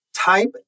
Type